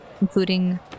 including